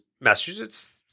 Massachusetts